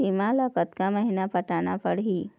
बीमा ला कतका महीना पटाना पड़ही?